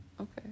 Okay